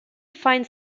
fine